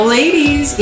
ladies